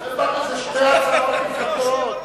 אלה שתי הצעות נפרדות.